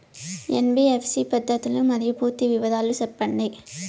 NBFC పద్ధతులు మరియు పూర్తి వివరాలు సెప్పండి?